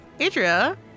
Adria